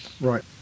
Right